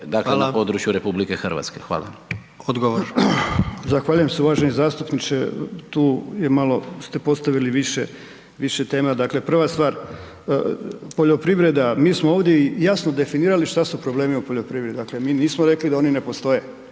Odgovor. **Horvat, Mile (SDSS)** Zahvaljujem se, uvaženi zastupniče tu je, malo ste postavili više, više tema. Dakle, prva stvar, poljoprivreda, mi smo ovdje i jasno definirali šta su problemi u poljoprivredi. Dakle, mi nismo rekli da oni ne postoje.